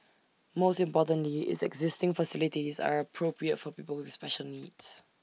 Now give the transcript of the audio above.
most importantly its existing facilities are appropriate for people with special needs